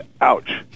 ouch